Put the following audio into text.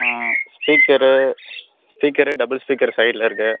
speaker speaker double speaker சைடில் இருக்குது